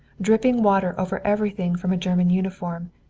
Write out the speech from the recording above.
dripping water over everything from a german uniform,